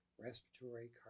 respiratory